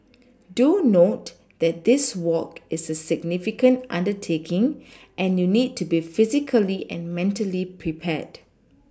do note that this walk is a significant undertaking and you need to be physically and mentally prepared